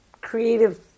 creative